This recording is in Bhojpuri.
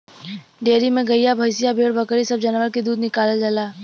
डेयरी में गइया भईंसिया भेड़ बकरी सब जानवर के दूध निकालल जाला